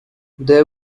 they